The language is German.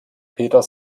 peter